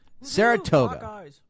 Saratoga